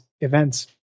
events